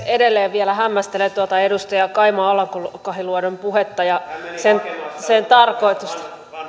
edelleen vielä hämmästelen tuota edustajakaima alanko kahiluodon puhetta ja sen sen tarkoitusta